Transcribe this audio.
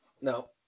No